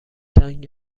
تنگ